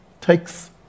takes